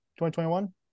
2021